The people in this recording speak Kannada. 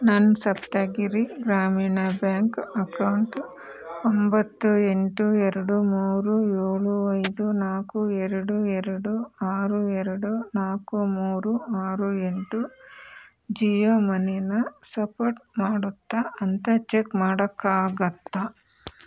ನನ್ನ ಸಪ್ತಗಿರಿ ಗ್ರಾಮೀಣ ಬ್ಯಾಂಕ್ ಅಕೌಂಟ್ ಒಂಬತ್ತು ಎಂಟು ಎರಡು ಮೂರು ಏಳು ಐದು ನಾಲ್ಕು ಎರಡು ಎರಡು ಆರು ಎರಡು ನಾಲ್ಕು ಮೂರು ಆರು ಎಂಟು ಜಿಯೋ ಮನೀನ ಸಪೋರ್ಟ್ ಮಾಡುತ್ತಾ ಅಂತ ಚೆಕ್ ಮಾಡೋಕ್ಕಾಗುತ್ತಾ